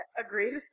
Agreed